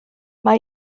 mae